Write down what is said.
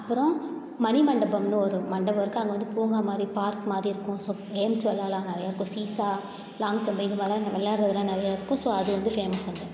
அப்புறம் மணி மண்டபம்னு ஒரு மண்டபம் இருக்குது அங்கே வந்து பூங்கா மாதிரி பார்க் மாதிரி இருக்கும் ஸோ கேம்ஸ் விளாட்லாம் நிறைய இருக்கும் சீசா லாங் ஜம்ப் இதை மாதிரிலாம் இந்த விளாட்றதுலாம் நிறைய இருக்கும் ஸோ அது வந்து ஃபேமஸ் அங்கே